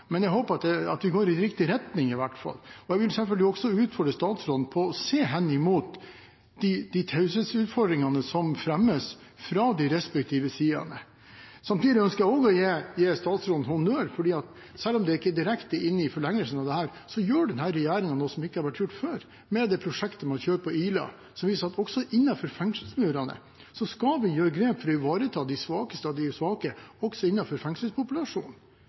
det vi gjør i dag, men jeg håper at vi i hvert fall går i riktig retning, og jeg vil selvfølgelig også utfordre statsråden på å se henimot de taushetsutfordringene som fremmes fra de respektive sidene. Samtidig ønsker jeg også å gi statsråden honnør, for selv om det ikke er direkte inne i forlengelsen av dette, gjør denne regjeringen noe som ikke har vært gjort før, med det prosjektet man kjører på Ila, som viser at også innenfor fengselsmurene – innenfor fengselspopulasjonen – skal vi gjøre grep for å ivareta de svakeste av de svake.